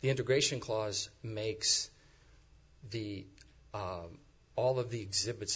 the integration clause makes the of all of the exhibits